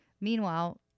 Meanwhile